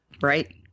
right